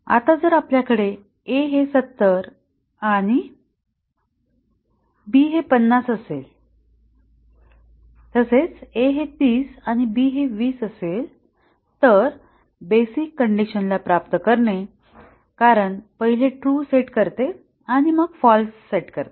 आता जर आपल्याकडे a हे 70 आणि b हे 50 असेल आणि a हे 30 b हे 20 असेल तर ते बेसिक कंडिशनला प्राप्त करते कारण पहिले ट्रू सेट करते आणि मग फाल्स करते